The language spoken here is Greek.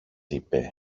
είπε